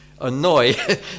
annoy